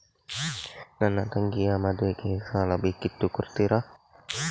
ನನ್ನ ತಂಗಿಯ ಮದ್ವೆಗೆ ಸಾಲ ಬೇಕಿತ್ತು ಕೊಡ್ತೀರಾ?